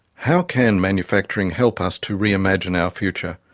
how can manufacturing help us to re-imagine our future?